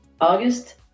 August